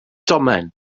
domen